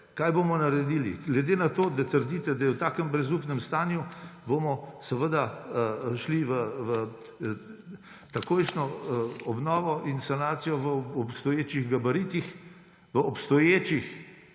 Kaj bomo naredili? Glede na to, da trdite, da je v takem brezupnem stanju, bomo seveda šli v takojšnjo obnovo in sanacijo v obstoječih gabaritih, ob obstoječih